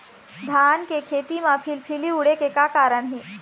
धान के खेती म फिलफिली उड़े के का कारण हे?